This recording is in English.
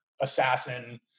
assassin